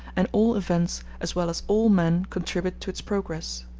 and all events as well as all men contribute to its progress.